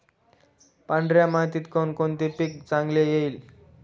पांढऱ्या मातीत कोणकोणते पीक चांगले येईल?